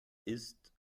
ist